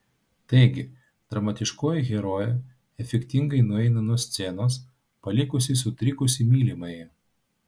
taigi dramatiškoji herojė efektingai nueina nuo scenos palikusi sutrikusį mylimąjį